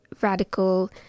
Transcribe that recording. radical